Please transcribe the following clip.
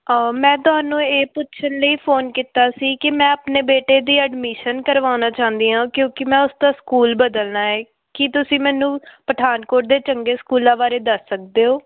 ਮੈਂ ਤੁਹਾਨੂੰ ਇਹ ਪੁੱਛਣ ਲਈ ਫੋਨ ਕੀਤਾ ਸੀ ਕਿ ਮੈਂ ਆਪਣੇ ਬੇਟੇ ਦੀ ਐਡਮਿਸ਼ਨ ਕਰਵਾਉਣਾ ਚਾਹੁੰਦੀ ਹਾਂ ਕਿਉਂਕਿ ਮੈਂ ਉਸਦਾ ਸਕੂਲ ਬਦਲਣਾ ਹੈ ਕੀ ਤੁਸੀਂ ਮੈਨੂੰ ਪਠਾਨਕੋਟ ਦੇ ਚੰਗੇ ਸਕੂਲਾਂ ਬਾਰੇ ਦੱਸ ਸਕਦੇ ਹੋ